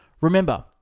Remember